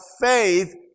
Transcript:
faith